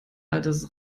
altes